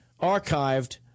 archived